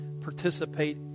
participate